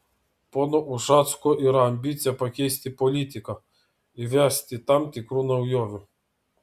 pono ušacko yra ambicija pakeisti politiką įvesti tam tikrų naujovių